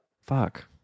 Fuck